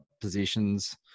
positions